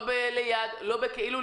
לא ליד ולא בכאילו,